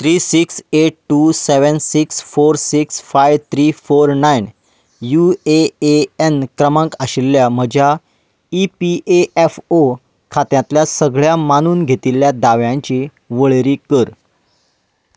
three six eight two seven six four six five three four nine U A N क्रमांक आशिल्ल्या म्हज्या E P F O खात्यांतल्या सगळ्या मानून घेतिल्ल्या दाव्यांची वळेरी कर